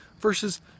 versus